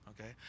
okay